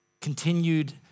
continued